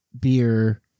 beer